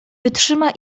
wytrzyma